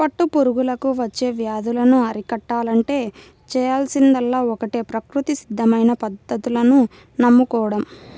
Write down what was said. పట్టు పురుగులకు వచ్చే వ్యాధులను అరికట్టాలంటే చేయాల్సిందల్లా ఒక్కటే ప్రకృతి సిద్ధమైన పద్ధతులను నమ్ముకోడం